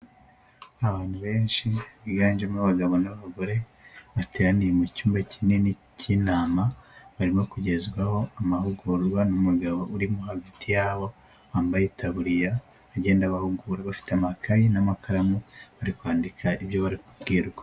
Abantu benshi biganjemo abagabo n'abagore, bateraniye mu cyumba kinini cy'inama, barimo kugezwaho amahugurwa n'umugabo urimo hagati yabo, wambaye itaburiya agenda abahugura bafite amakayi n'amakaramu bari kwandika ibyo babwirwa.